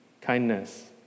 kindness